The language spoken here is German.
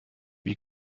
wie